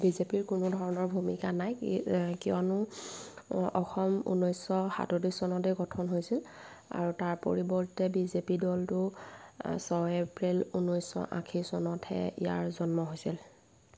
বিজেপিৰ কোনো ধৰণৰ ভূমিকা নাই কিয়নো অসম ঊনৈছশ সাতত্ৰিছ চনতে গঠন হৈছিল আৰু তাৰ পৰিৱৰ্তে বিজেপি দলটো ছয় এপ্ৰিল ঊনৈছশ আশী চনতহে ইয়াৰ জন্ম হৈছিল